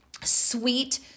sweet